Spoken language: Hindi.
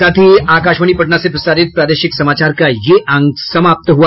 इसके साथ ही आकाशवाणी पटना से प्रसारित प्रादेशिक समाचार का ये अंक समाप्त हुआ